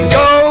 go